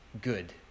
good